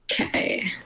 Okay